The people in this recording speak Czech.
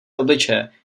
obličeje